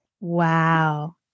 Wow